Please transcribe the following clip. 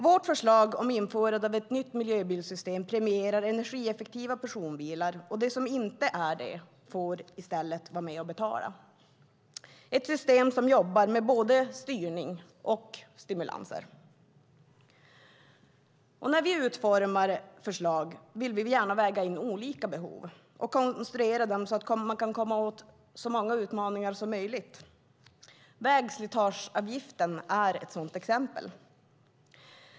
Vårt förslag om införandet av ett nytt miljöbilssystem premierar energieffektiva personbilar, och de som inte är det får i stället vara med och betala. Det är ett system som jobbar med både styrning och stimulanser. När vi utformar förslag vill vi gärna väga in olika behov och konstruera dem för att komma åt så många utmaningar som möjligt. Vägslitageavgiften är ett sådant exempel.